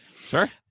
Sure